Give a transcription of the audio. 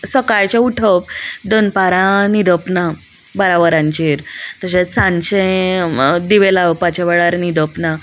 सकाळचें उठप दनपारां न्हिदप ना बारा वरांचेर तशेंच सांचे दिवे लावपाच्या वेळार न्हिदप ना